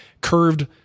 curved